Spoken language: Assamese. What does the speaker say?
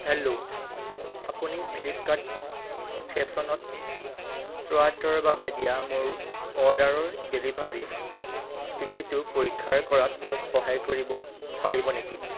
হেল্লো আপুনি ফ্লিপকাৰ্ট ফেশ্বনত শ্বাৰ্টৰ বাবে দিয়া মোৰ অৰ্ডাৰৰ ডেলিভাৰী স্থিতিটো পৰীক্ষা কৰাত মোক সহায় কৰিব পাৰিব নেকি